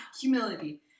humility